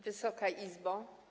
Wysoka Izbo!